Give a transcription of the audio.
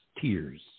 Tears